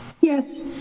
yes